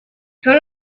son